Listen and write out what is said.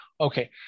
okay